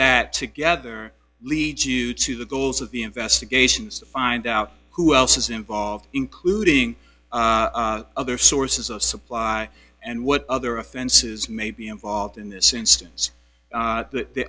that together leads you to the goals of the investigations find out who else is involved including other sources of supply and what other offenses may be involved in this instance